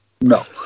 No